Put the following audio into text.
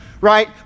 right